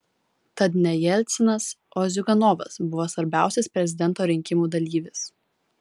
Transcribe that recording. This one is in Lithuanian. tad ne jelcinas o ziuganovas buvo svarbiausias prezidento rinkimų dalyvis